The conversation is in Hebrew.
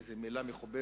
איזו מלה מכובסת,